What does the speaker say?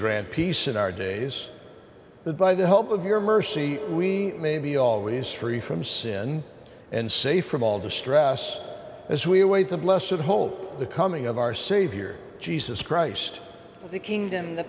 grant peace in our days the by the help of your mercy we may be always free from sin and safe from all distress as we await the bless of home the coming of our savior jesus christ the kingdom the